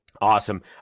Awesome